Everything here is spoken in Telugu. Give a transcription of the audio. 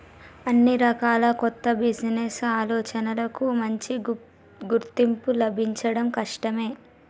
అన్ని రకాల కొత్త బిజినెస్ ఆలోచనలకూ మంచి గుర్తింపు లభించడం కష్టమే